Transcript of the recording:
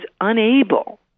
unable